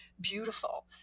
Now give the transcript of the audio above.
beautiful